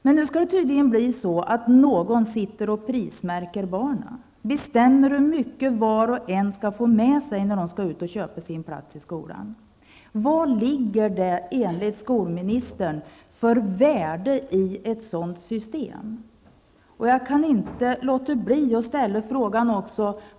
Men nu skall det tydligen bli så att någon sitter och prismärker barnen, bestämmer hur mycket var och en skall få med sig när han skall ut och köpa sin plats i skolan. Var ligger det enligt skolministern för värde i ett sådant system? Jag kan inte låta bli att ställa frågan?